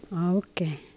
Okay